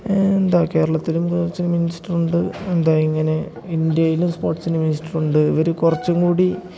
എന്താ കേരളത്തിലും സ്പോർട്സിന് മിനിസ്റ്ററുണ്ട് എന്താ ഇങ്ങനെ ഇന്ത്യയിലും സ്പോർട്സിന് മിനിസ്റ്ററുണ്ട് ഇവർ കുറച്ചുംകൂടി